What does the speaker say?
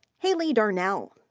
haleigh darnell.